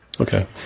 Okay